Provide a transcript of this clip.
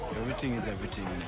everything is everything